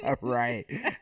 Right